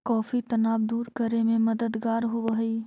coffee तनाव दूर करे में मददगार होवऽ हई